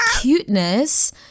cuteness